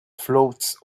floats